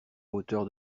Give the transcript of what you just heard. hauteur